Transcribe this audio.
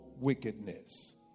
wickedness